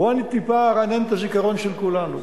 --- בוא אני טיפה ארענן את הזיכרון של כולנו.